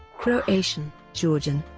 croatian, georgian,